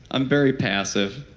i'm very passive